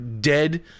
dead